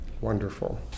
Wonderful